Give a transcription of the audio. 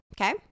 Okay